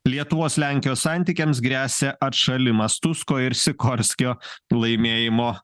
lietuvos lenkijos santykiams gresia atšalimas tusko ir sikorskio laimėjimo